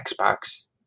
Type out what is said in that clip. Xbox